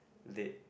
late